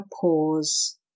pause